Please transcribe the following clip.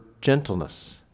gentleness